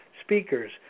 speakers